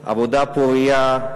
עבודה פורייה,